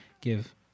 give